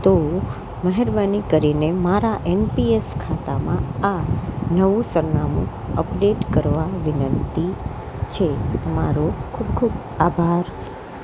તો મહેરબાની કરીને મારા એનપીએસ ખાતામાં આ નવું સરનામું અપડેટ કરવા વિનંતી છે તમારો ખૂબ ખૂબ આભાર